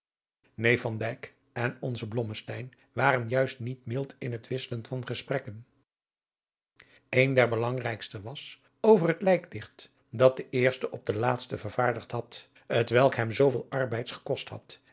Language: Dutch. dijk en onze blommesteyn waren juist niet mild in het wisselen van gesprekken een der belangrijkste was over het lijkdicht dat de eerste op den laatsten vervaardigd had t welk hem zooveel arbeids gekost had